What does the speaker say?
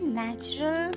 natural